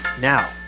Now